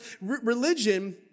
Religion